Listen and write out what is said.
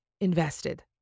invested